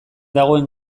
dagoen